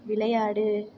விளையாடு